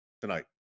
Tonight